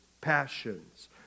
passions